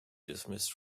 dismissed